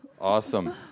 Awesome